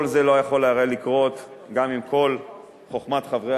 כל זה לא היה יכול לקרות גם עם כל חוכמת חברי